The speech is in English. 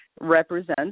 represents